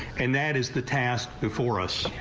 and that is the task before us.